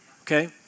okay